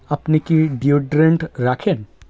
আপনি কি ডিওডোরেন্ট রাখেন